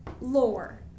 lore